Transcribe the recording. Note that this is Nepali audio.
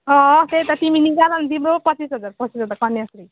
अँ त्यही त तिमी निकाल न तिम्रो पो पच्चिस हजार पसेको छ कन्याश्री